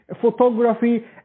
photography